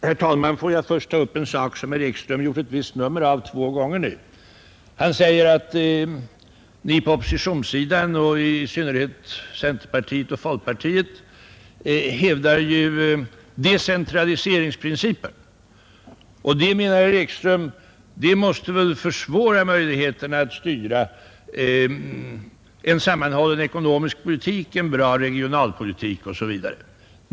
Herr talman! Får jag först ta upp en sak som herr Ekström nu har gjort ett visst nummer av två gånger. Han säger att vi på oppositionssidan, i synnerhet centerpartiet och folkpartiet, hävdar decentraliseringsprincipen och det, menar herr Ekström, försämrar möjligheterna att bedriva en sammanhållen ekonomisk politik, en riktig regionalpolitik m.m.